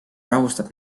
rahustab